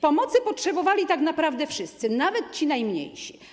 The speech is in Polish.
Pomocy potrzebowali tak naprawdę wszyscy, nawet ci najmniejsi.